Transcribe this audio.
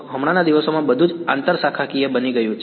હમણાના દિવસોમાં બધું જ આંતરશાખાકીય બની ગયું છે